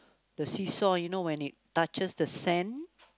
the seesaw you know when it touches the sand